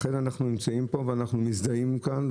לכן אנחנו נמצאים פה ואנחנו מזדהים כאן,